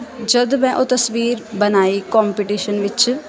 ਜਦੋਂ ਮੈਂ ਉਹ ਤਸਵੀਰ ਬਣਾਈ ਕੋਂਪੀਟੀਸ਼ਨ ਵਿੱਚ